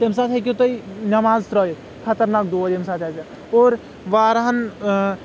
تٔمہِ ساتہٕ ہیٚکِو تُہۍ نٮ۪ماز ترأیِتھ خطرناک دود ییٚمہِ ساتہِ آسہِ اور واریاہن